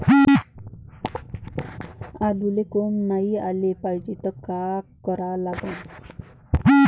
आलूले कोंब नाई याले पायजे त का करा लागन?